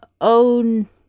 own